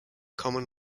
common